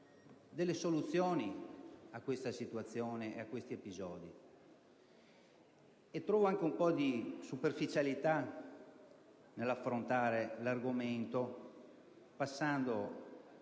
di soluzione per queste situazioni e questi episodi, e trovo anche un po' di superficialità nell'affrontare l'argomento passando,